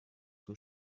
zum